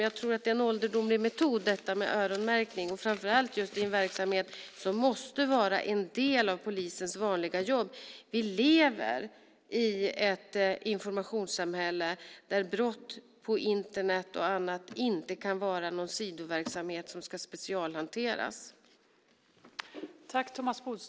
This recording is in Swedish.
Jag tror att öronmärkning är en ålderdomlig metod, framför allt i en verksamhet som måste vara en del av polisens vanliga jobb. Vi lever i ett informationssamhälle där brott på Internet inte kan vara en sidoverksamhet som ska specialhanteras.